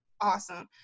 awesome